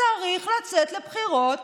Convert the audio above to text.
צריך לצאת לבחירות